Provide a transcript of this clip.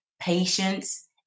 patience